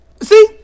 See